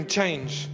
change